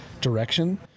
direction